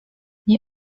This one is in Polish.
nie